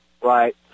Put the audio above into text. right